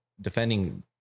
defending